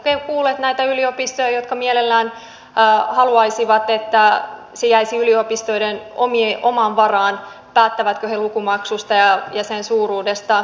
oletteko kuulleet näitä yliopistoja jotka mielellään haluaisivat että se jäisi yliopistojen omaan varaan päättävätkö he lukukausimaksuista ja niiden suuruudesta